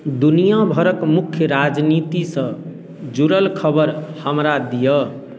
दुनियाभरिके मुख्य राजनीतिसँ जुड़ल खबर हमरा दिअऽ